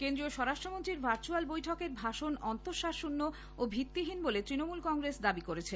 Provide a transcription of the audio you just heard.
কেন্দ্রীয় স্বরাষ্ট্রমন্ত্রীর ভার্চুয়াল বৈঠকের ভাষণ অন্তঃসারশন্য ও ভিত্তিহীন বলে তৃণমূল কংগ্রেস দাবি করেছে